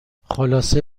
خلاصه